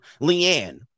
Leanne